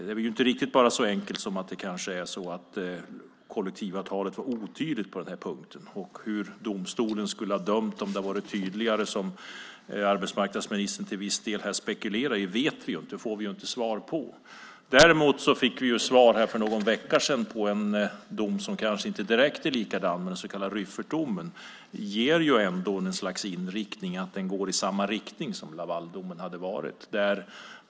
Det är inte riktigt bara så enkelt som att kollektivavtalet kanske var otydligt på den här punkten, och hur domstolen skulle ha dömt om det hade varit tydligare, som arbetsmarknadsministern till viss del här spekulerar i, vet vi inte. Det får vi ju inte svar på. Däremot fick vi svar för någon vecka sedan i en dom som kanske inte direkt är likadan, den så kallade Rüffertdomen. Den ger ju ändå ett slags inriktning. Den går i samma riktning som Lavaldomen.